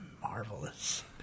marvelous